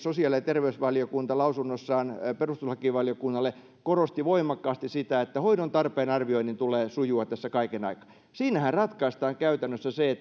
sosiaali ja terveysvaliokunta lausunnossaan perustuslakivaliokunnalle korosti voimakkaasti sitä että hoidon tarpeen arvioinnin tulee sujua tässä kaiken aikaa siinähän ratkaistaan käytännössä se